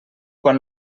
quan